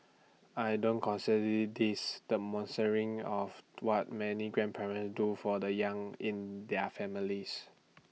I don't consider this the of what many grandparents do for the young in their families